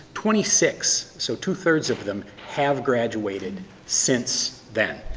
twenty six, so two thirds of them, have graduated since then.